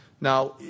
Now